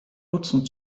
nutzen